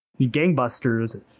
gangbusters